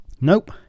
Nope